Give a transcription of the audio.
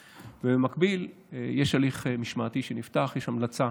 במקביל, יש הליך משמעתי שנפתח, יש המלצה